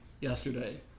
yesterday